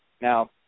Now